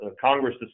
Congress